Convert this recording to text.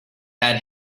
had